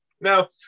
Now